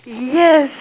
yes